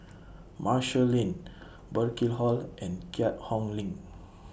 Marshall Lane Burkill Hall and Keat Hong LINK